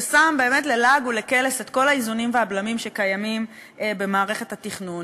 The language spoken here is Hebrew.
ששם ללעג ולקלס את כל האיזונים והבלמים שקיימים במערכת התכנון.